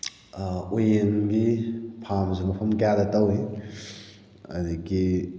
ꯎꯌꯦꯟꯗꯤ ꯐꯥꯝꯁꯨ ꯃꯐꯝ ꯀꯌꯥꯗ ꯇꯧꯏ ꯑꯗꯒꯤ